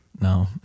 No